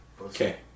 Okay